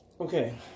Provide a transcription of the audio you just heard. Okay